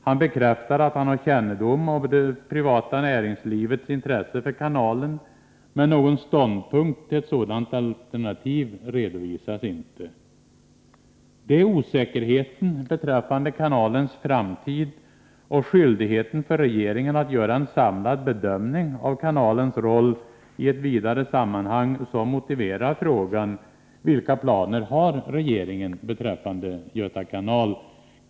Han bekräftar att han har kännedom om det privata näringslivets intresse för kanalen, men någon ståndpunkt till ett sådant alternativ redovisas inte. Det är osäkerheten beträffande kanalens framtid och skyldigheten för regeringen att göra en samlad bedömning av kanalens roll i ett vidare sammanhang som motiverar frågan: Vilka planer har regeringen beträffande Göta kanal?